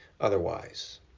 otherwise